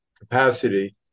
capacity